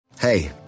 Hey